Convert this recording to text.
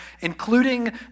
including